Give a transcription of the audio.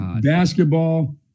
Basketball